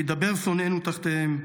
ידבר שונאינו תחתיהם